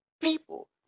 people